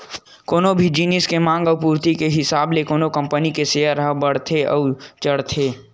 कोनो भी जिनिस के मांग अउ पूरति के हिसाब ले कोनो कंपनी के सेयर ह बड़थे अउ चढ़थे